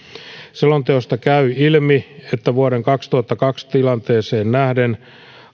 selonteosta käy ilmi että vuoden kaksituhattakaksi tilanteeseen nähden